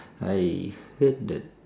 I heard that